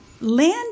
Land